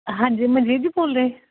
ਹਾਂਜੀ ਮਨਜੀਤ ਜੀ ਬੋਲ ਰਹੇ